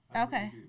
Okay